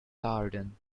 garden